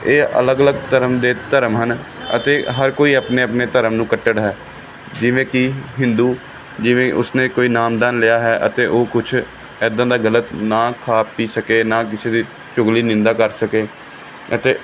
ਇਹ ਅਲੱਗ ਅਲੱਗ ਧਰਮ ਦੇ ਧਰਮ ਹਨ ਅਤੇ ਹਰ ਕੋਈ ਆਪਣੇ ਆਪਣੇ ਧਰਮ ਨੂੰ ਕੱਟੜ ਹੈ ਜਿਵੇਂ ਕਿ ਹਿੰਦੂ ਜਿਵੇਂ ਉਸਨੇ ਕੋਈ ਨਾਮਦਾਨ ਲਿਆ ਹੈ ਅਤੇ ਉਹ ਕੁਛ ਐਦਾਂ ਦਾ ਗਲਤ ਨਾ ਖਾ ਪੀ ਸਕੇ ਨਾ ਕਿਸੇ ਦੀ ਚੁਗਲੀ ਨਿੰਦਾ ਕਰ ਸਕੇ ਅਤੇ